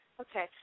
okay